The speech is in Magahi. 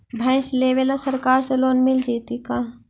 भैंस लेबे ल सरकार से लोन मिल जइतै का?